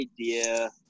idea